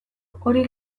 hori